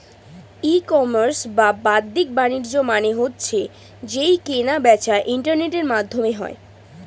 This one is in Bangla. ই কমার্স বা বাদ্দিক বাণিজ্য মানে হচ্ছে যেই কেনা বেচা ইন্টারনেটের মাধ্যমে হয়